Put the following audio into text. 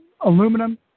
aluminum